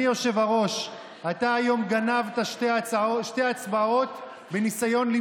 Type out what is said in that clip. היו הלוליינים, יש סוגי קרקס שאני מעדיף לצפות בהם